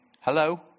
hello